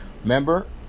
remember